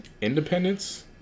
Independence